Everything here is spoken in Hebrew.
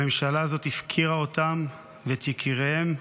הממשלה הזו הפקירה אותם ואת יקיריהם.